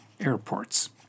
Airports